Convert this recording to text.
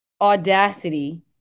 audacity